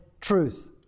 truth